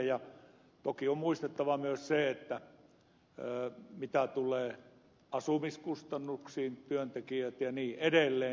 toki on muistettava myös se että mitä tulee asumiskustannuksiin työntekijöihin ja niin edelleen